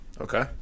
Okay